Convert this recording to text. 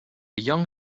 young